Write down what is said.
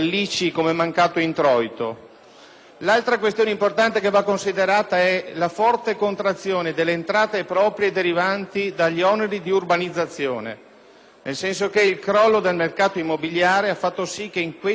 L'altra questione importante da considerare è la forte contrazione delle entrate proprie derivanti dagli oneri di urbanizzazione: il crollo del mercato immobiliare ha fatto sì che in questi mesi si assista